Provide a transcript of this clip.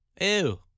Ew